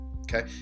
Okay